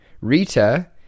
Rita